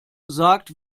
sagt